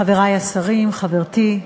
חברי השרים, חברתי,